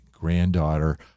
granddaughter